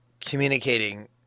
communicating